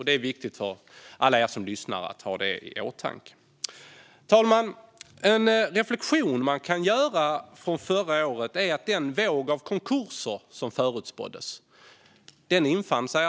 Det är viktigt för alla er som lyssnar att ha det i åtanke. Herr talman! En reflektion man kan göra gällande förra året är att den våg av konkurser som förutspåddes aldrig infann sig.